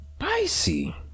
spicy